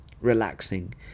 relaxing